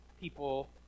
people